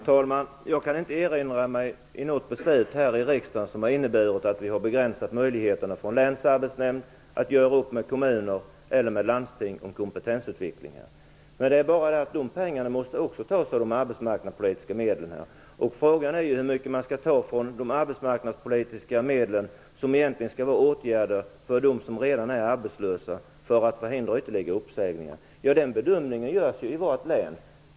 Herr talman! Jag kan inte erinra mig något beslut här i riksdagen som har inneburit att vi begränsat möjligheterna för en länsarbetsnämnd att göra upp med kommuner eller landsting om kompetensutveckling. Men också dessa pengar måste tas från de arbetspolitiska medlen. Frågan är hur mycket man skall ta från de arbetsmarknadspolitiska medlen, som egentligen skall gå till åtgärder för dem som redan är arbetslösa, för att förhindra ytterligare uppsägningar. Den bedömningen görs i varje län.